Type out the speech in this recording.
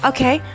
Okay